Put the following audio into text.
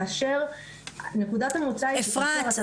כאשר נקודת המוצא היא --- אפרת,